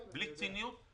בלי ציניות,